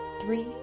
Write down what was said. three